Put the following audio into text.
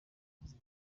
yagize